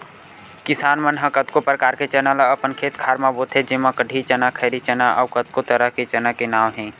किसान मन ह कतको परकार के चना ल अपन खेत खार म बोथे जेमा कटही चना, खैरी चना अउ कतको तरह के चना के नांव हे